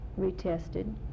retested